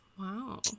Wow